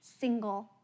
single